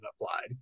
applied